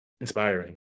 inspiring